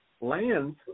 lands